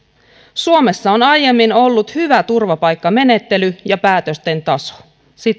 suomessa on aiemmin ollut hyvä turvapaikkamenettely ja päätösten taso